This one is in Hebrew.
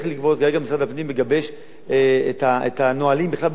כרגע משרד הפנים מגבש את הנהלים באופן כללי,